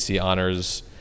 honors